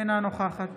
אינה נוכחת